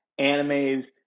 animes